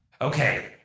Okay